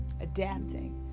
adapting